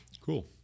Cool